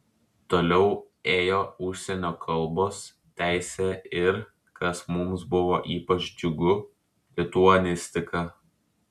toliau ėjo užsienio kalbos teisė ir kas mums buvo ypač džiugu lituanistika